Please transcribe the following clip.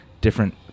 different